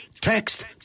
text